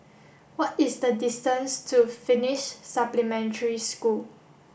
what is the distance to Finnish Supplementary School